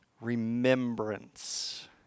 Remembrance